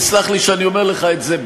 תסלח לי שאני אומר לך את זה,